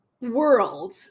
world